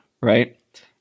right